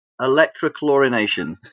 Electrochlorination